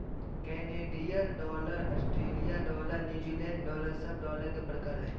Canadian dollar, Australian dollar, New Zealand dollar सब dollar के प्रकार हय